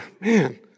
man